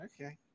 okay